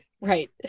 Right